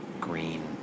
green